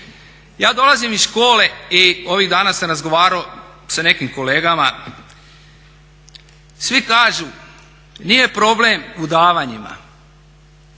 Ja dolazim iz škole i ovih dana sam razgovarao sa nekim kolegama, svi kažu nije problem u davanjima,